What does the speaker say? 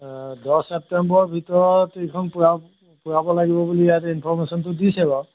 দহ ছেপ্টেম্বৰৰ ভিতৰত এইখন পূৰা পূৰাব লাগিব বুলি ইয়াত ইনফৰ্মেশ্যনটো দিছে বাৰু